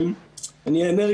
אני אענה,